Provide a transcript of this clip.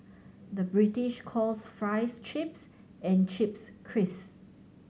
the British calls fries chips and chips crisp